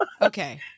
Okay